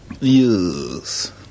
Yes